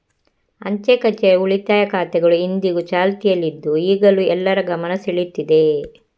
ಅಂಚೆ ಕಛೇರಿಯ ಉಳಿತಾಯ ಖಾತೆಗಳು ಇಂದಿಗೂ ಚಾಲ್ತಿಯಲ್ಲಿ ಇದ್ದು ಈಗಲೂ ಎಲ್ಲರ ಗಮನ ಸೆಳೀತಿದೆ